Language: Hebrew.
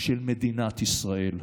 של מדינת ישראל.